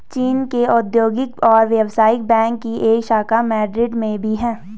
चीन के औद्योगिक और व्यवसायिक बैंक की एक शाखा मैड्रिड में भी है